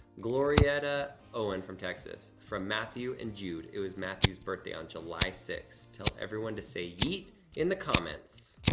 glorietta owen from texas, from matthew and jude. it was matthew's birthday on july sixth. tell everyone to say yeet in the comments.